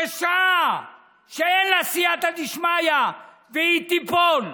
רשעה, שאין לה סייעתא דשמיא והיא תיפול.